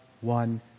one